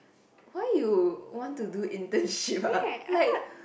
why you want to do internship ah like